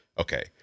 Okay